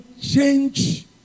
change